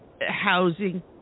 housing